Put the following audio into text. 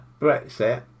Brexit